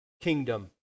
kingdom